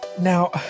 Now